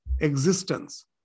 existence